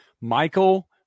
Michael